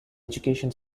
education